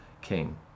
king